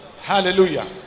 Hallelujah